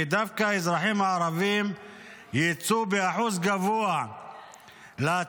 ודווקא האזרחים הערבים יצאו באחוז גבוה להצביע